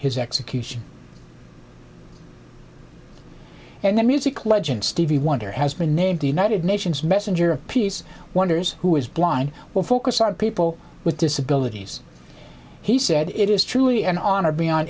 his execution and the music legend stevie wonder has been named the united nations messenger of peace wonders who is blind will focus on people with disabilities he said it is truly an honor beyond